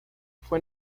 fue